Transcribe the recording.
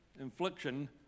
infliction